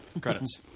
credits